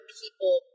people